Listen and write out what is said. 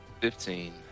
Fifteen